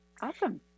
Awesome